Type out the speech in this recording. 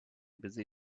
busy